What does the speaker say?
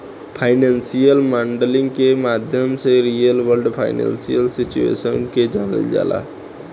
financial modelling के माध्यम से रियल वर्ल्ड फाइनेंशियल सिचुएशन के जानल जाला